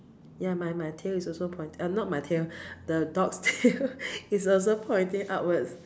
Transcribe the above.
ya my my tail is also point~ err not my tail the dog's tail is also pointing upwards